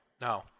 No